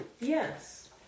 Yes